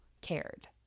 cared